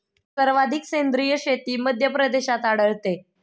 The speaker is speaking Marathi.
सर्वाधिक सेंद्रिय शेती मध्यप्रदेशात आढळते